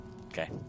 Okay